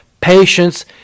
patience